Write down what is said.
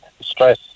Stress